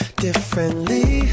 differently